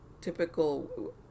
typical